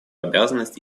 обязанность